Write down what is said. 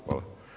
Hvala.